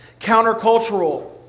countercultural